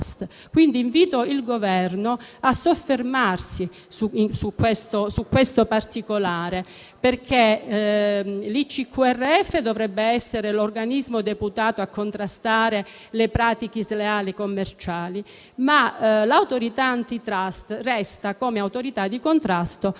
quindi il Governo a soffermarsi su questo particolare, perché l'ICQRF dovrebbe essere l'organismo deputato a contrastare le pratiche commerciali sleali, ma *antitrust* resta l'Autorità di contrasto